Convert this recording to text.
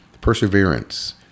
perseverance